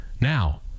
Now